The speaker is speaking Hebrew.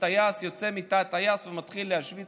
שטייס יוצא מתא הטייס ומתחיל להשוויץ